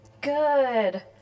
Good